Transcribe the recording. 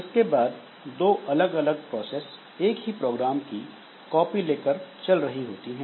इसके बाद दो अलग अलग प्रोसेस एक ही प्रोग्राम की कॉपी लेकर चल रही होती हैं